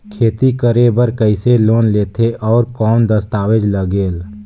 खेती करे बर कइसे लोन लेथे और कौन दस्तावेज लगेल?